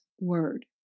Word